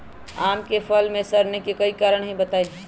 आम क फल म सरने कि कारण हई बताई?